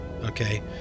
okay